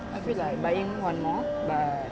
I feel like buying one more but